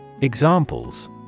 Examples